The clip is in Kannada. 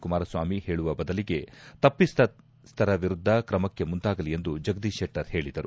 ಕುಮಾರ ಸ್ವಾಮಿ ಪೇಳುವ ಬದಲಿಗೆ ತಪ್ಪಿಸ್ಟರ ವಿರುದ್ದ ಕ್ರಮಕ್ಕೆ ಮುಂದಾಗಲಿ ಎಂದು ಜಗದೀಶ್ಶೆಟ್ಟರ್ ಹೇಳಿದರು